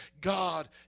God